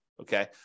Okay